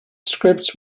scripts